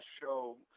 show